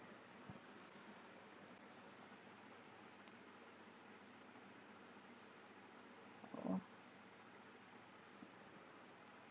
oh